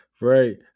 Right